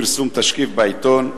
פרסום תשקיף בעיתון),